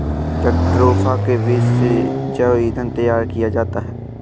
jatropha के बीज से जैव ईंधन तैयार किया जाता है